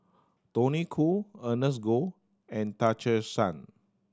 Tony Khoo Ernest Goh and Tan Che Sang